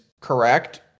correct